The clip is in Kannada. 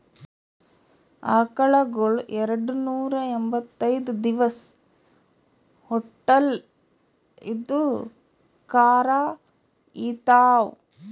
ಆಕಳಗೊಳ್ ಎರಡನೂರಾ ಎಂಭತ್ತೈದ್ ದಿವಸ್ ಹೊಟ್ಟಲ್ ಇದ್ದು ಕರಾ ಈತಾವ್